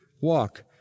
walk